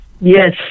yes